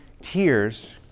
tears